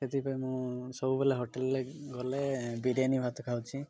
ସେଥିପାଇଁ ମୁଁ ସବୁବେଳେ ହୋଟେଲ୍ରେ ଗଲେ ବିରିୟାନୀ ଭାତ ଖାଉଛି